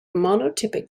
monotypic